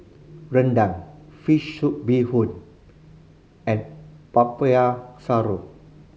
rendang fish soup bee hoon and Popiah Sayur